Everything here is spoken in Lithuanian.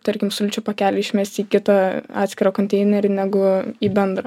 tarkim sulčių pakelį išmesti į kitą atskirą konteinerį negu į bendrą